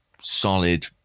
solid